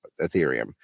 Ethereum